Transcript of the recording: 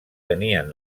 tenien